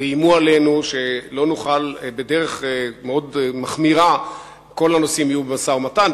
ואיימו עלינו בדרך מאוד מחמירה שכל הנושאים יהיו במשא-ומתן,